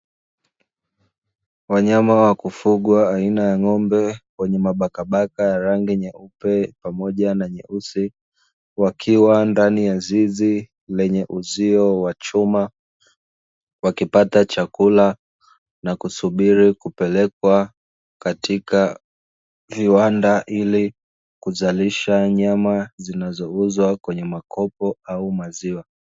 Wanyama wakufugwa aina ya ng'ombe wenye mabakamabaka ya rangi nyeupe pamoja na nyeusi wakiwa ndani ya zizi lenye uzio wa chuma, wakipata chakula na kusubiri kupelekwa kwenye viwanda ili kuzalisha nyama zinazouzwa kwenye makopo au maziwa.